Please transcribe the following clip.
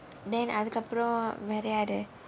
அதற்கு அப்புறம் வேற யாரு:atharkku appuram vera yaaru